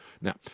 Now